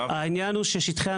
מה העבירה?